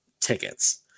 tickets